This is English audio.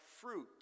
fruit